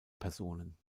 personen